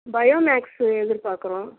bio max எதிர்பார்க்கிறோம்